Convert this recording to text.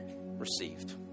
received